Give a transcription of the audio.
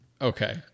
Okay